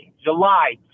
July